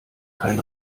kein